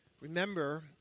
remember